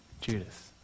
Judas